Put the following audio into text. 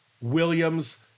Williams